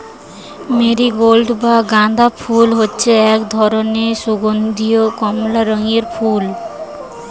marigold বা গাঁদা ফুল হচ্ছে একটা ধরণের সুগন্ধীয় কমলা রঙের ফুল